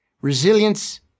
Resilience